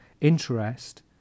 interest